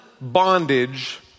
bondage